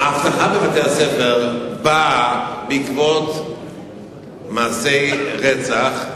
האבטחה בבתי-הספר באה בעקבות מעשי רצח,